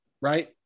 right